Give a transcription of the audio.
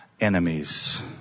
enemies